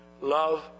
Love